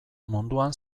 munduan